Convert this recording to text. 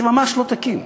זה ממש לא תקין,